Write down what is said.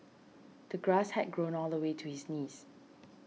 the grass had grown all the way to his knees